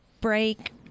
break